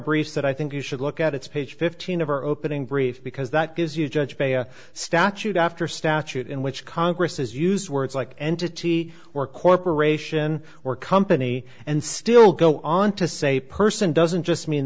briefs that i think you should look at it's page fifteen of our opening brief because that is you judge by statute after statute in which congress has used words like entity or corporation or company and still go on to say person doesn't just mean